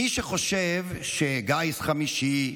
מי שחושב שגיס חמישי,